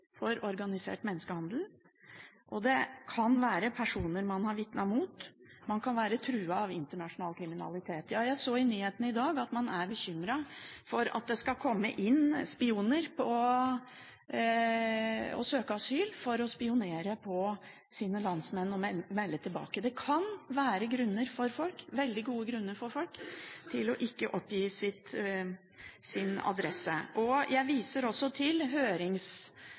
for organisert menneskehandel, det kan være fordi man har vitnet mot personer, og man kan være truet av internasjonal kriminalitet. Jeg så på nyhetene i dag at man er bekymret for at det skal komme spioner inn og søke asyl for å spionere på sine landsmenn og melde tilbake. Det kan være veldig gode grunner for folk til ikke å oppgi sin adresse. Jeg viser også til